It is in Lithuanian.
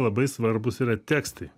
labai svarbūs yra tekstai